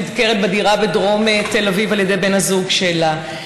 נדקרת בדירה בדרום תל אביב על ידי בן הזוג שלה,